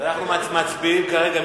אנחנו מצביעים כרגע.